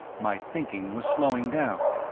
my thinking was slowing down.